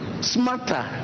smarter